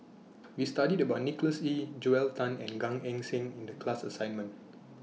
We studied about Nicholas Ee Joel Tan and Gan Eng Seng in The class assignment